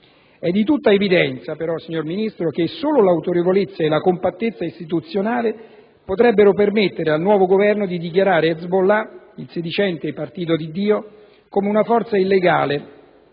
È di tutta evidenza però, signor Ministro, che solo l'autorevolezza e la compattezza istituzionale potrebbero permettere al nuovo Governo di dichiarare Hezbollah - il sedicente Partito di Dio - una forza illegale